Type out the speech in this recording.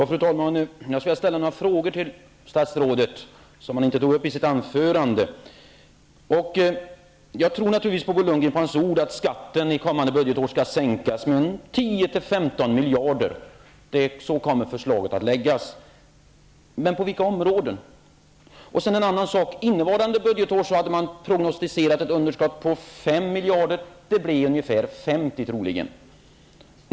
Fru talman! Jag skall ställa några frågor till statsrådet om det han inte tog upp i sitt anförande. Jag tror naturligtvis Bo Lundgren på hans ord när han säger att skatten under kommande budgetår skall sänkas med 10--15 miljarder, och så kommer förslaget att läggas. Men på vilka områden kommer skatten att sänkas? Så till en annan sak. För innevarande budgetår hade man prognosticerat ett underskott på 5 miljarder. Det blir troligen ungefär 50 miljarder.